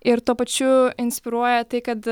ir tuo pačiu inspiruoja tai kad